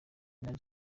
minaj